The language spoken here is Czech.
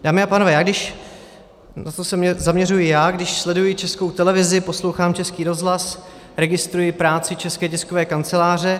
Dámy a pánové, na to se zaměřuji já, když sleduji Českou televizi, poslouchám Český rozhlas, registruji práci České tiskové kanceláře.